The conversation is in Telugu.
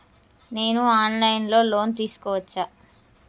నేను ఆన్ లైన్ లో లోన్ తీసుకోవచ్చా?